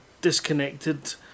disconnected